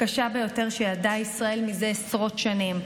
הקשה ביותר שידעה ישראל מזה עשרות שנים.